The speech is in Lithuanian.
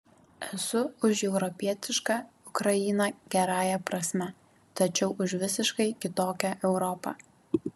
esu už europietišką ukrainą gerąja prasme tačiau už visiškai kitokią europą